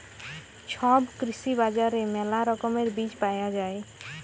ছব কৃষি বাজারে মেলা রকমের বীজ পায়া যাই